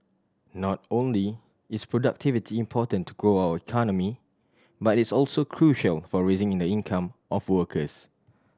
not only is productivity important to grow our economy but it's also crucial for raising in the income of workers